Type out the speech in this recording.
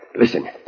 Listen